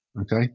okay